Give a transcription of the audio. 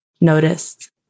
noticed